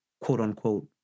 quote-unquote